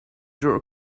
door